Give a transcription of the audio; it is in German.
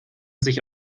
sich